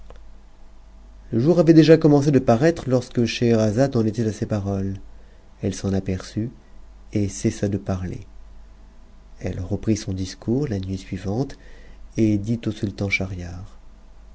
le jour avait déjà commencé de paraître lorsque scheherazade en était à ces paroles elle s'en aperçut et cessa de parler elle reprit son discours ta nuit suivante et dit au sultan